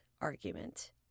argument